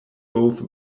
both